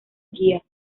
guías